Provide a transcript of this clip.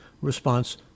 response